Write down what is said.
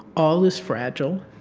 all is fragile.